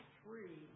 three